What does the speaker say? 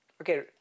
okay